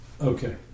Okay